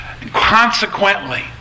Consequently